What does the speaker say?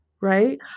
right